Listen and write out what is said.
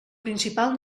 principal